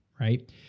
right